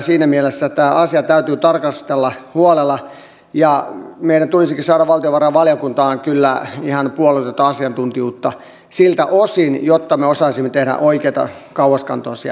siinä mielessä tätä asiaa täytyy tarkastella huolella ja meidän tulisikin kyllä saada valtiovarainvaliokuntaan ihan puolueetonta asiantuntijuutta siltä osin jotta me osaisimme tehdä oikeita kauaskantoisia päätöksiä